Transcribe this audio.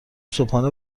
صبحانه